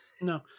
No